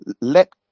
Let